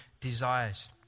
desires